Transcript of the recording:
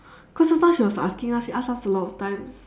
cause just now she was asking us she ask us a lot of times